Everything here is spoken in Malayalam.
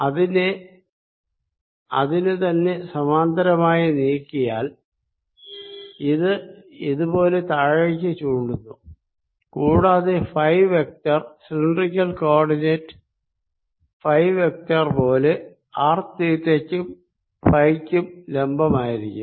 ഇതിനെ അതിനു തന്നെ സമാന്തരമായി നീക്കിയാൽ ഇത് ഇത് പോലെ താഴെക്ക് ചൂണ്ടുന്നു കൂടാതെ phi vector cylindrical coordinate phi vector പോലെ ആർ തീറ്റക്കും ഫൈക്കും ലംബമായിരിക്കും